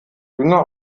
dünger